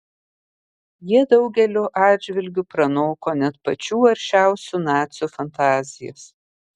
jie daugeliu atžvilgių pranoko net pačių aršiausių nacių fantazijas